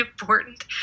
important